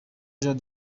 jean